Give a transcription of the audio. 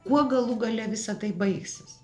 kuo galų gale visa tai baigsis